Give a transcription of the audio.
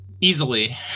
Easily